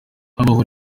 habaho